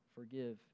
Forgive